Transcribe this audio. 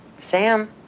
Sam